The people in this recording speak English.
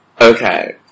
Okay